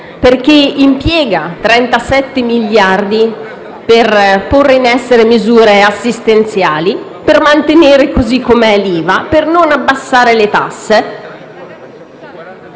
perché impiega 37 miliardi per porre in essere misure assistenziali, per mantenere l'IVA così come è, per non abbassare le tasse